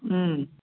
ꯎꯝ